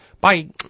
Bye